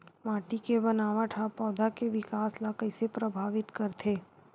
माटी के बनावट हा पौधा के विकास ला कइसे प्रभावित करथे?